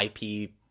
IP